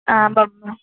ఆ బొబ్బ